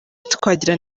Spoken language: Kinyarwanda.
twagira